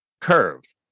curved